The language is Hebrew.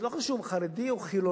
לא חשוב אם הוא חרדי או חילוני,